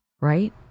right